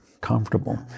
comfortable